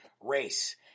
race